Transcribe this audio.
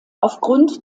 aufgrund